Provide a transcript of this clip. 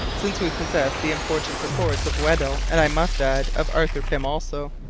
since we possess the important reports of weddell, and, i must add, of arthur pym also.